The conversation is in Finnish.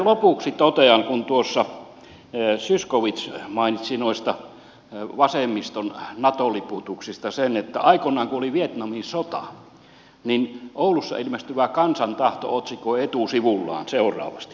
lopuksi totean kun zyskowicz mainitsi noista vasemmiston nato liputuksista että aikoinaan kun oli vietnamin sota niin oulussa ilmestyvä kansan tahto otsikoi etusivullaan seuraavasti